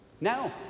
Now